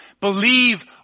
believe